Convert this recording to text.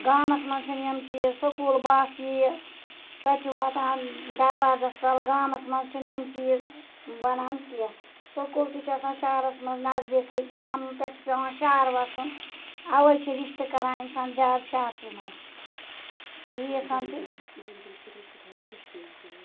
گامَس مَنٛز چھِنہٕ یِم چیٖز سوٚکوٗل بَس یِیہِ سۄ چھِ واتان دَروازَس تَل گامَس مَنٛز چھِنہٕ یِم چیٖز بَنان کینٛہہ سوٚکوٗل تہِ چھِ آسان شَہرَس مَنٛز نَذدیکی گام پیٹھِ چھُ پیٚوان شَہَر وَسُن اَوَے چھِ رِشتہِ کَران اِنسان زیاد شَہَرسے مَنٛز تہٕ ییٖژ ہٕن چھِ